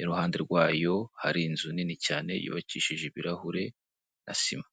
iruhande rwayo hari inzu nini cyane yubakishije ibirahure na sima.